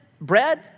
bread—